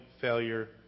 failure